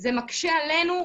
זה מקשה עלינו,